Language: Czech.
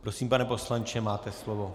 Prosím, pane poslanče, máte slovo.